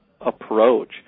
approach